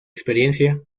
experiencia